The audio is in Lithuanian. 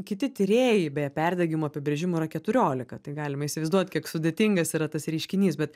kiti tyrėjai beje perdegimo apibrėžimų yra keturiolika tai galime įsivaizduot kiek sudėtingas yra tas reiškinys bet